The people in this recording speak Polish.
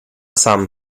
sam